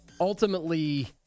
ultimately